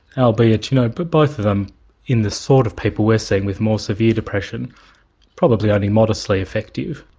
albeit you know but both of them in the sort of people we're seeing with more severe depression probably only modestly effective.